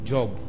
Job